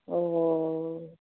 ᱚ